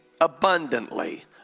abundantly